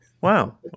Wow